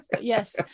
Yes